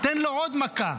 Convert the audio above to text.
על מישהו מבני העם שלנו,